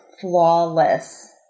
flawless